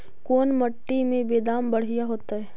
कोन मट्टी में बेदाम बढ़िया होतै?